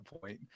point